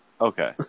Okay